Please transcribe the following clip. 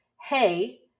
Hey